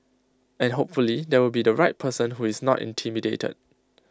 and hopefully there will be the right person who is not intimidated